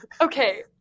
Okay